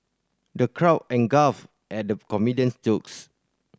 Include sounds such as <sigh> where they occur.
the crowd <unintelligible> guffawed at the comedian's jokes